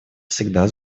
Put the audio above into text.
всегда